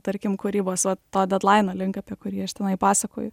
tarkim kūrybos vat to dedlaino link apie kurį aš tenai pasakoju